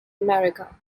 america